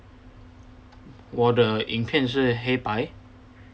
我的影片是黑白